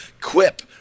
Quip